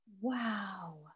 Wow